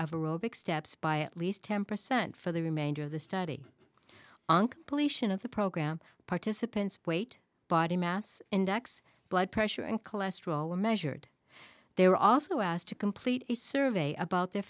of aerobics steps by at least ten percent for the remainder of the study onc policing of the program participants weight body mass index blood pressure and cholesterol were measured they were also asked to complete a survey about their